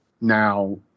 now